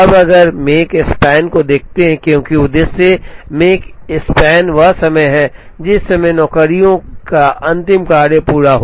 अब अगर हम Makespan को देखते हैं क्योंकि उद्देश्य Makespan वह समय है जिस समय नौकरियों का अंतिम कार्य पूरा होता है